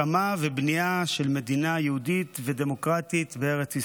הקמה ובנייה של מדינה יהודית ודמוקרטית בארץ ישראל.